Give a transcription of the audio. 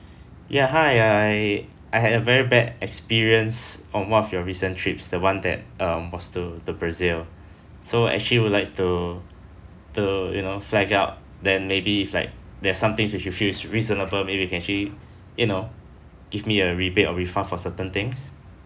ya hi I I had a very bad experience on one of your recent trips the one that um was to to brazil so actually would like to to you know flag up then maybe if like there's some things which you feel it's reasonable maybe you can actually you know give me a rebate or refund for certain things